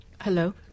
Hello